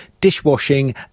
dishwashing